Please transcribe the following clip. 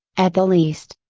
at the least.